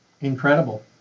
incredible